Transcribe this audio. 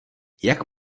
jak